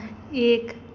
एक